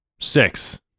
six